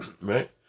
right